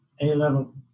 A-level